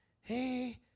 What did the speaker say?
Hey